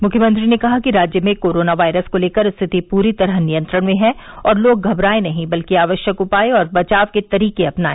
मुख्यमंत्री ने कहा कि राज्य में कोरोना वायरस को लेकर स्थिति पूरी तरह नियंत्रण में है और लोग घबरायें नहीं बल्कि आवश्यक उपाय और बचाव के तरीके अपनाए